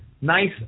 Nice